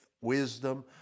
wisdom